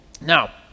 Now